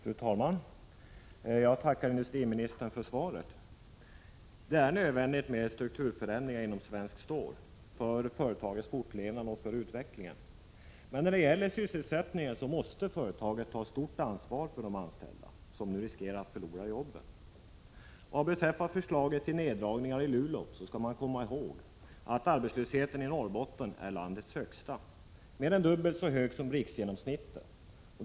Fru talman! Jag tackar industriministern för svaret på min fråga. Det är nödvändigt med strukturförändringar inom Svenskt Stål AB för företagets fortlevnad och för dess utveckling, men när det gäller sysselsättningen måste företaget ta ett stort ansvar för de anställda som nu riskerar att förlora sina jobb. Vad beträffar förslaget om neddragningar av verksamheten i Luleå skall man komma ihåg att arbetslösheten i Norrbotten är landets högsta, mer än dubbelt så hög som riksgenomsnittet.